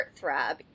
heartthrob